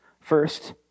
First